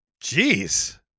Jeez